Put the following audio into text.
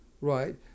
Right